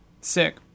sick